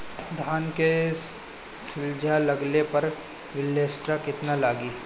धान के झुलसा लगले पर विलेस्टरा कितना लागी?